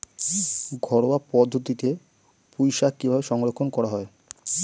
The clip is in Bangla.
ঘরোয়া পদ্ধতিতে পুই শাক কিভাবে সংরক্ষণ করা হয়?